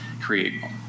create